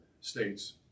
states